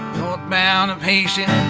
northbound of hastings